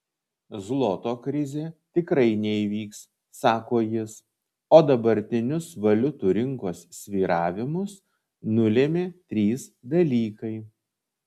zloto krizė tikrai neįvyks sako jis o dabartinius valiutų rinkos svyravimus nulėmė trys dalykai